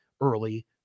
early